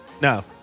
No